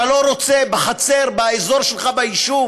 אתה לא רוצה בחצר, באזור שלך, ביישוב,